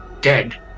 dead